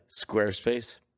Squarespace